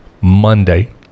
Monday